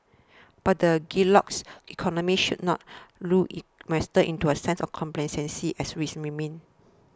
but the Goldilocks economy should not lull investors into a sense of complacency as risks remain